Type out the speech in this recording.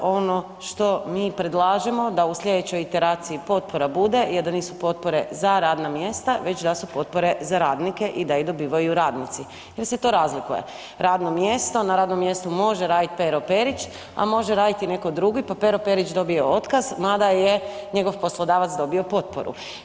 Ono što mi predlažemo da u sljedećoj iteraciji potpora bude jer da nisu potpore za radna mjesta već da su potpore za radnike i da ih dobivaju radnici jer se to razlikuje, radno mjesto, na radnom mjestu može raditi Pero Perić, a može raditi i netko drugi pa Pero Perić dobije otkaz mada je njegov poslodavac dobio potporu.